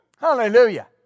Hallelujah